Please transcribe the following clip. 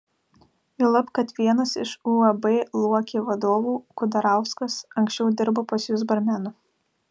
juolab kad vienas iš uab luokė vadovų kudarauskas anksčiau dirbo pas jus barmenu